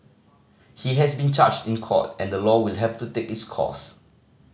he has been charged in court and the law will have to take its course